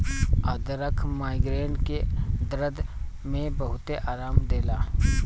अदरक माइग्रेन के दरद में बहुते आराम देला